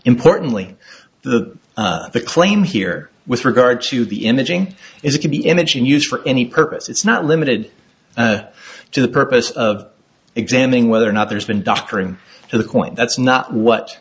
importantly the the claim here with regard to the imaging is it can be image and used for any purpose it's not limited to the purpose of examining whether or not there's been doctoring to the point that's not what